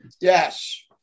Yes